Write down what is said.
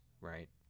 right